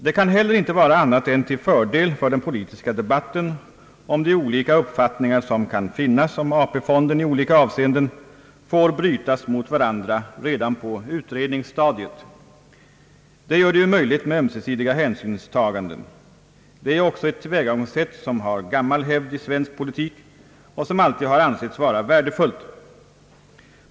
Det kan heller inte vara annat än till fördel för den politiska debatten, om de olika uppfattningar som kan finnas beträffande AP-fonden i olika avseenden får brytas mot varandra redan på utredningsstadiet. Det gör det ju möjligt med ömsesidiga hänsynstaganden. Det är ju också ett tillvägagångssätt som har gammal hävd i svensk politik och som alltid har ansetts vara värdefullt.